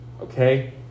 okay